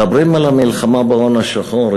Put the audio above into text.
מדברים על המלחמה בהון השחור.